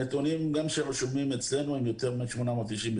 הנתונים, גם אלה שרשומים אצלנו, הם יותר מ-890.